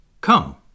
Come